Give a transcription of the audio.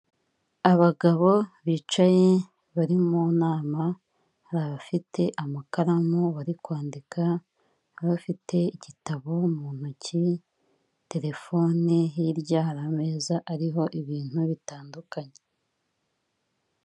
Abagabo bicaye bari mu nama, hari abafite amakaramu bari kwandika n'abafite igitabo mu ntoki, telefone, hirya hari ameza ariho ibintu bitandukanye.